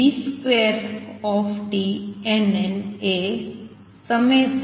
v2tnn એ ∑innCnninnCnn થશે